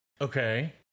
Okay